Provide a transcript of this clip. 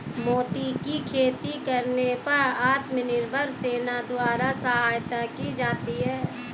मोती की खेती करने पर आत्मनिर्भर सेना द्वारा सहायता की जाती है